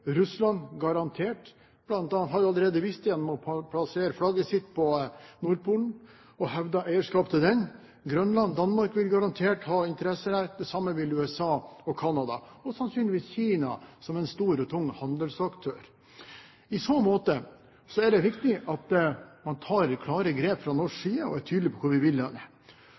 Russland, garantert. Blant annet har de allerede vist det gjennom å plassere flagget sitt på Nordpolen og hevde eierskap til den. Grønland og Danmark vil garantert ha interesser der. Det samme vil USA og Canada, og sannsynligvis Kina, som en stor og tung handelsaktør. I så måte er det viktig at man tar klare grep fra norsk side, og at vi er tydelige på hvor vi vil.